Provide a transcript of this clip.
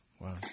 wow